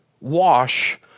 wash